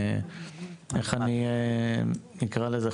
איך אני אקרא לזה?